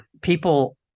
people